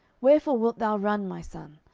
wherefore wilt thou run, my son,